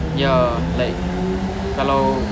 ya like kalau